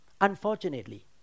unfortunately